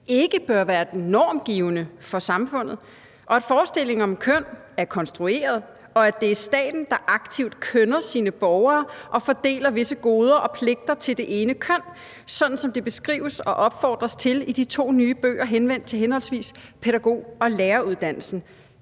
ikke bør være normgivende for samfundet, og at forestillingen om køn er konstrueret, og at det er staten, der aktivt kønner sine borgere og fordeler visse goder og pligter til det ene køn, sådan som det beskrives og opfordres til i de to nye bøger henvendt til henholdsvis pædagog- og læreruddannelsen,